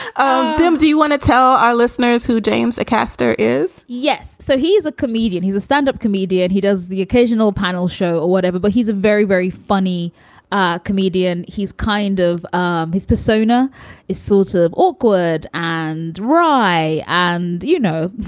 um but um do you want to tell our listeners who james kastor is? yes. so he is a comedian. he's a stand up comedian. he does the occasional panel show or whatever, but he's a very, very funny ah comedian he's kind of um his persona is sort of awkward and dry. and, you know,